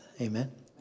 Amen